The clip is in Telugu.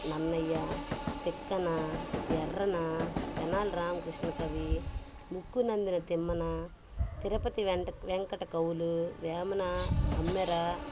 నన్నయ్య తిక్కన ఎర్రన తెనాలి రామకృష్ణ కవి ముక్కునందిన తిమ్మన తిరపతి వెంకట కవులు వేమన భమ్మెర